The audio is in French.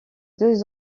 deux